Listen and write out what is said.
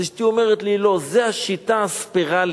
אז אשתי אומרת לי: לא, זה השיטה הספירלית.